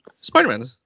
Spider-Man